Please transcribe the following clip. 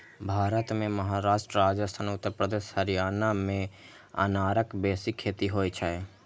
भारत मे महाराष्ट्र, राजस्थान, उत्तर प्रदेश, हरियाणा मे अनारक बेसी खेती होइ छै